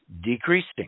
decreasing